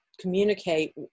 communicate